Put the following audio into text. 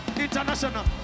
International